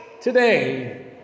today